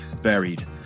varied